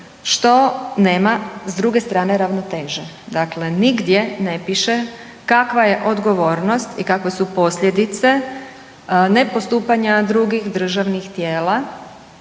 što nema s druge strane ravnoteže. Dakle, nigdje ne piše kakva je odgovornost i kakve su posljedice nepostupanja drugih državnih tijela